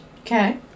okay